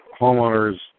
homeowners